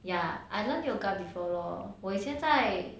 ya I learned yoga before lor 我现在